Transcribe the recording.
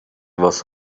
was